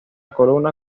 columna